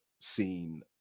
scene